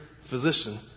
physician